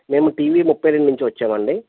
మేము టీవీ ముప్పై రెండు నుంచి వచ్చామండి